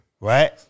Right